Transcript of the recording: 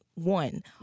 One